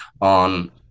on